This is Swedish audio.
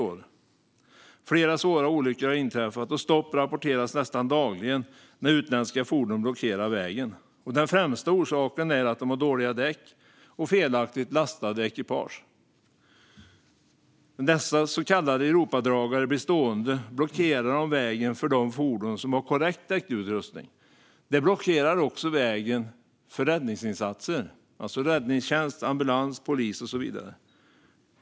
Flera svåra olyckor har inträffat, och stopp rapporteras nästan dagligen när utländska fordon blockerar vägen. Den främsta orsaken är dåliga däck och felaktigt lastade ekipage. När dessa så kallade Europadragare blir stående blockerar de vägen för de fordon som har korrekt däckutrustning. De blockerar också vägen för räddningsinsatser, det vill säga räddningstjänst, ambulans, polis och så vidare.